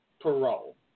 parole